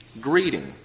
greeting